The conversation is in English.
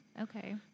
Okay